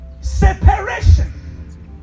Separation